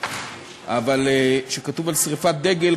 אבל כשכתוב על שרפת דגל,